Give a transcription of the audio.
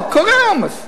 קורה עומס.